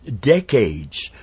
decades